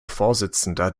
vorsitzender